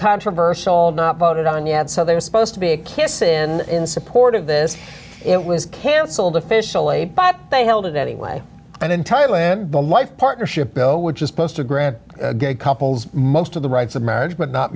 controversial not voted on yet so they are supposed to be a kissin in support of this it was cancelled officially but they held it anyway and in thailand ben life partnership bill which is supposed to grant gay couples most of the rights of marriage but not